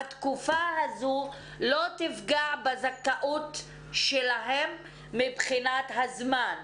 התקופה הזאת לא תפגע בזכאות שלהם מבחינת הזמן.